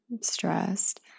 stressed